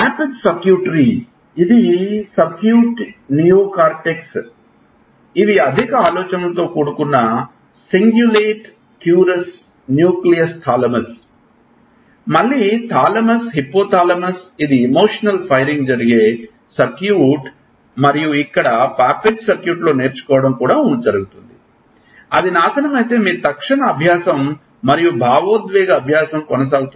Papez circuitry ఇది circuit neocortex ఇవి అధిక ఆలోచనతో కూడుకున్న సింగ్యులేట్ క్యూరాస్ న్యూక్లియోలస్ థాలమస్ మళ్ళీ థాలమస్ హిప్పో థాలమస్ ఇది ఎమోషనల్ ఫైరింగ్ జరిగే సర్క్యూట్ మరియు ఇక్కడే పాపెజ్ సర్క్యూట్లో నేర్చుకోవడం కూడా జరుగుతుంది అది నాశనమైతే మీ తక్షణ అభ్యాసం మరియు భావోద్వేగ అభ్యాసం కొనసాగుతుంది